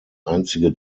einzige